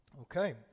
Okay